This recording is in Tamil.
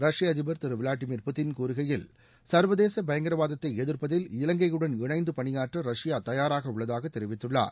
ரஷ்ய அதிபர் திரு விளாடிமீர் புட்டின் கூறுகையில் சர்வதேச பயங்கரவாதத்தை எதிர்ப்பதில் இலங்கையுடன் இணைந்து பணியாற்ற ரஷ்யா தயாராக உள்ளதாக தெரிவித்துள்ளார்